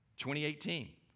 2018